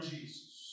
Jesus